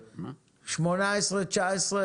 2019,